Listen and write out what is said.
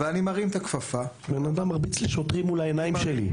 אני מרים את הכפפה --- בן אדם מרביץ לשוטרים מול העיניים שלי.